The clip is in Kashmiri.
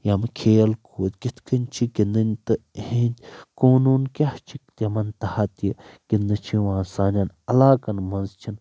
ییمہِ کھیل کوٗد کِتھ کٔنۍ چھِ گندٕنۍ تہِ اِہٕندۍ قونوٗن کیاہ چھِ تِمن تحت یہِ گندِنہٕ چھُ یِوان سانین علاقن منٛز چھِ نہٕ